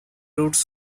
routes